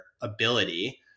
ability